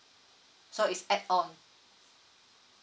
so it's add on